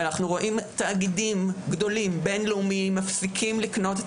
אנחנו רואים תאגידים בינלאומיים גדולים מפסיקים לקנות את